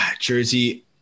Jersey